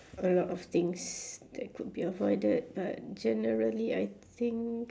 a lot of things that could be avoided but generally I think